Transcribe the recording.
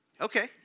Okay